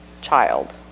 child